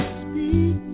speak